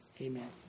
amen